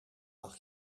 mag